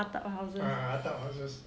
ah attap houses